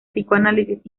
psicoanálisis